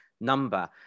number